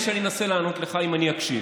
האמן לי שאנסה לענות לך, אם תקשיב.